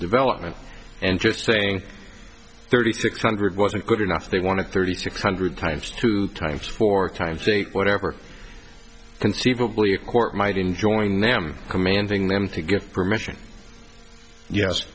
development and just paying thirty six hundred wasn't good enough they want to thirty six hundred times two times four times whatever conceivably a court might enjoy nam commanding them to give permission yes